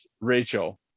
Rachel